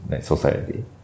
society